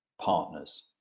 partners